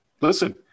Listen